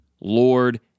Lord